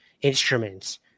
instruments